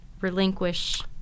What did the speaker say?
relinquish